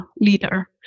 leader